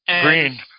Green